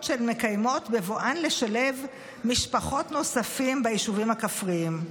שהן מקיימות בבואן לשלב משפחות נוספות ביישובים הכפריים.